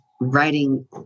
writing